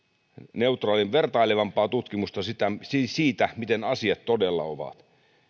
vertailevampaa tutkimusta siitä miten asiat todella ovat